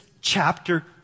chapter